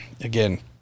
again